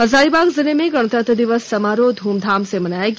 हजारीबाग जिले में गणतंत्र दिवस समारोह ध्रमधाम से मनाया गया